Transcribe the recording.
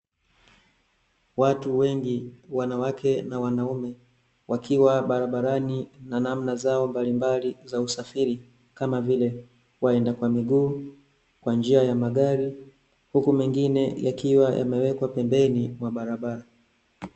Watu wengi wanawake na wanaume, wakiwa barabarani na namna zao mbalimbali za usafiri kama vile: waenda kwa miguu, kwa njia ya magari; huku mengine yakiwa yamewekwa pembeni mwa barabara.